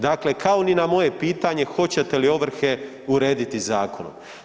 Dakle kao ni na moje pitanje hoćete li ovrhe urediti zakonom.